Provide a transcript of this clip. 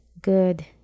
good